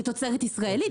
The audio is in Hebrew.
כתוצרת ישראלית,